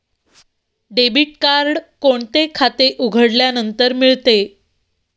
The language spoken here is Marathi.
डेबिट कार्ड कोणते खाते उघडल्यानंतर मिळते?